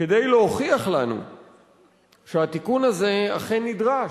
כדי להוכיח לנו שהתיקון הזה אכן נדרש,